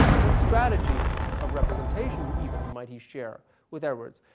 what strategies of representation even might he share with edwards?